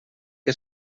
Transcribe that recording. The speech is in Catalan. que